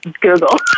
Google